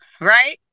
Right